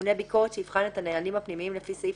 ממונה ביקורת שיבחן את הנהלים הפנימיים לפי סעיף